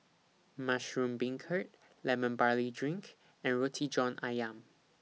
Mushroom Beancurd Lemon Barley Drink and Roti John Ayam